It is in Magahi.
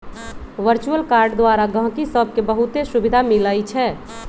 वर्चुअल कार्ड द्वारा गहकि सभके बहुते सुभिधा मिलइ छै